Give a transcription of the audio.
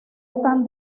están